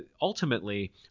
ultimately